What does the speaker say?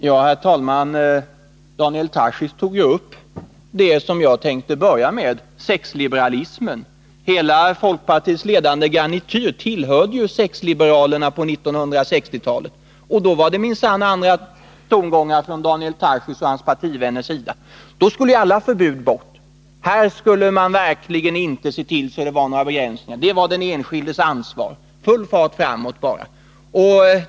Herr talman! Daniel Tarschys tog upp det som jag tänkte börja med, nämligen sexliberalismen. Folkpartiets hela ledande garnityr tillhörde ju sexliberalerna på 1960-talet. Då var det minsann andra tongångar från Daniel Tarschys och hans partivänner. Då skulle alla förbud bort, här skulle man verkligen se till att det inte var några begränsningar, det var den enskildes ansvar, full fart framåt bara!